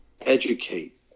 educate